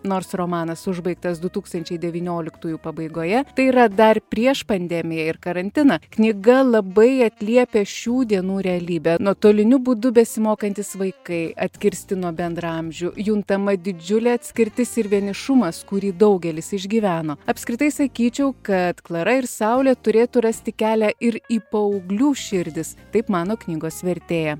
nors romanas užbaigtas du tūkstančiai devynioliktųjų pabaigoje tai yra dar prieš pandemiją ir karantiną knyga labai atliepia šių dienų realybę nuotoliniu būdu besimokantys vaikai atkirsti nuo bendraamžių juntama didžiulė atskirtis ir vienišumas kurį daugelis išgyveno apskritai sakyčiau kad klara ir saulė turėtų rasti kelią ir į paauglių širdis taip mano knygos vertėja